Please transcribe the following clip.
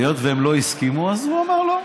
היות שהם לא הסכימו, אז הוא אמר: לא.